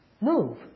move